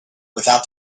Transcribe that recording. without